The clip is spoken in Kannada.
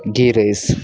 ಘೀ ರೈಸ್